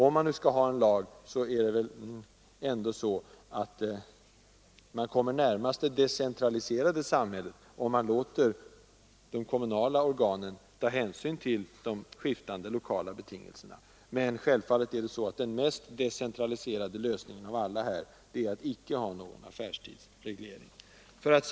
Om man nu skall ha en lag kommer man ändå närmast det decentraliserade samhället om man låter de kommunala organen besluta med hänsyn till de skiftande lokala betingelserna. Men den mest decentraliserande lösningen av alla är självfallet att inte ha någon affärstidsreglering alls.